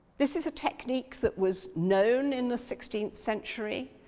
this is a technique that was known in the sixteenth century.